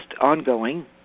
ongoing